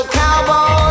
cowboy